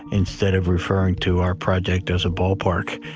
instead of referring to our project as a ballpark.